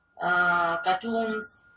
cartoons